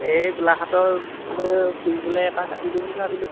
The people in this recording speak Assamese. এই গোলাঘাটলৈ ফুৰিবলৈ এপাক আহিলোঁ বুলি ভাবিলোঁ